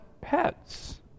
pets